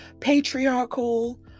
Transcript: patriarchal